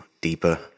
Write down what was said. deeper